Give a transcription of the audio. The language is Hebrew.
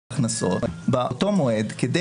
ההכנסות, באותו מועד, כדי